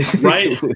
right